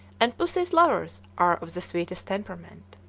and pussy's lovers are of the sweetest temperament.